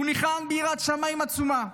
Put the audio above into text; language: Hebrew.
הוא ניחן ביראת שמיים עצומה,